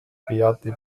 beate